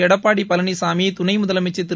எடப்பாடி பழனிசாமி துணை முதலமைச்சா் திரு